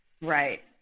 right